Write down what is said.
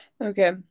Okay